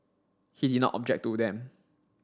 he did not object to them